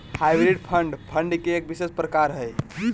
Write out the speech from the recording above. hybrid fund, fund के एक विशेष प्रकार हय